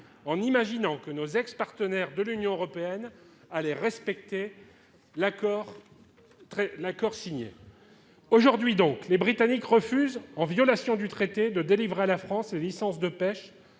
en imaginant que nos ex- partenaires au sein de l'Union européenne allaient respecter l'accord signé. Aujourd'hui, les Britanniques refusent, en violation de l'accord, de délivrer à la France les licences de pêche